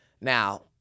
Now